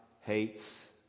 hates